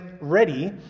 ready